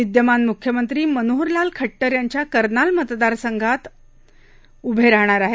विद्यमान मुख्यमंत्री मनोहर लाल खट्टर त्यांच्या कर्नाल मतदारसंघात उभे राहणार आहेत